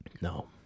No